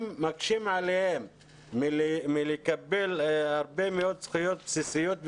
עליהם מלקבל הרבה מאוד זכויות בסיסיות.